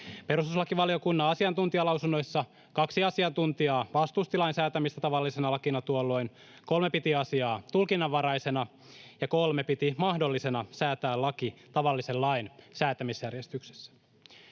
perustuslakivaliokunnan asiantuntijalausunnoissa kaksi asiantuntijaa vastusti lain säätämistä tavallisena lakina, kolme piti asiaa tulkinnanvaraisena ja kolme piti mahdollisena säätää laki tavallisen lain säätämisjärjestyksessä.